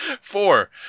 Four